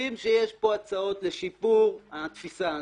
חושבים שיש פה הצעות לשיפור התפיסה הזאת,